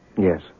Yes